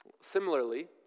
Similarly